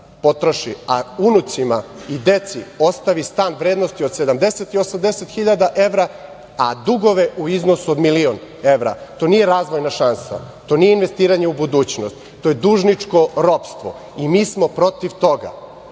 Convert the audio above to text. potroši, a unucima i deci ostavi stan vrednosti od 70 i 80 hiljada evra, a dugove u iznosu od milion evra. To nije razvojna šansa. To nije investiranje u budućnost. To je dužničko ropstvo i mi smo protiv